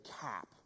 cap